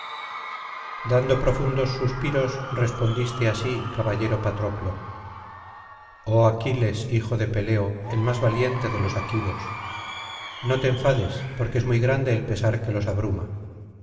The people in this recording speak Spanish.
dando profundos suspiros respondiste así caballero patrocloí oh aquiles hijo de peleo el más valiente de los aquivosl no te enfades porque es muy grande el pesar que los abruma